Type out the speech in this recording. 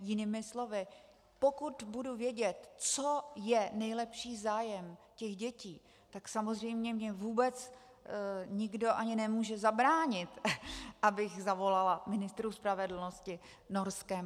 Jinými slovy, pokud budu vědět, co je nejlepší zájem těch dětí, tak samozřejmě mi vůbec nikdo ani nemůže zabránit, abych zavolala ministru spravedlnosti norskému.